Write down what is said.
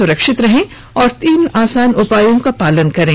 सुरक्षित रहें और तीन आसान उपायों का पालन करें